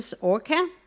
orca